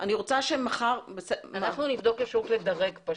אני רוצה שמחר --- אנחנו נבדוק אפשרות לדרג.